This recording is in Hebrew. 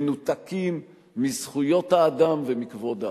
מנותקים מזכויות האדם ומכבוד האדם.